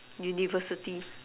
university